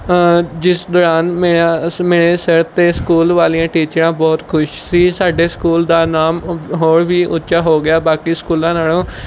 ਜਿਸ ਦੌਰਾਨ ਮੇਰਾ ਸ ਮੇਰੇ ਸਿਰ 'ਤੇ ਸਕੂਲ ਵਾਲੀਆਂ ਟੀਚਰਾਂ ਬਹੁਤ ਖੁਸ਼ ਸੀ ਸਾਡੇ ਸਕੂਲ ਦਾ ਨਾਮ ਹੋਰ ਵੀ ਉੱਚਾ ਹੋ ਗਿਆ ਬਾਕੀ ਸਕੂਲਾਂ ਨਾਲੋਂ